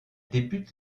débute